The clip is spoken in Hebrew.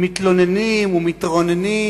מתלוננים ומתרוננים